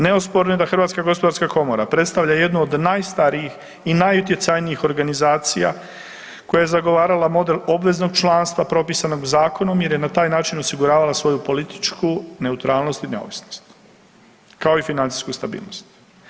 Neosporno je da HGK predstavlja jednu od najstarijih i najutjecajnijih organizacija koja je zagovarala model obveznog članstva propisanog zakonom jer je na taj način osiguravala svoju političku neutralnost i neovisnost kao i financijsku stabilnost.